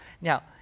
now